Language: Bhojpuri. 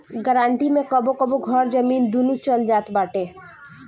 गारंटी मे कबो कबो घर, जमीन, दूनो चल जात बाटे